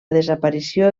desaparició